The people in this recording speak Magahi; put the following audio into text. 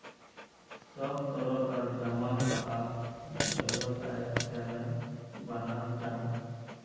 सब तरह कार जमा खाताक वैवसायेर तने बनाल जाहा